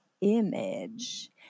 image